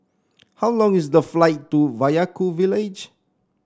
how long is the flight to Vaiaku village